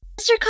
Mr